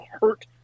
hurt